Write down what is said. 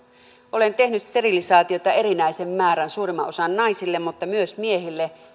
olen tehnyt sterilisaatioita erinäisen määrän suurimman osan naisille mutta myös miehille